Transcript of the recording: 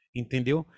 entendeu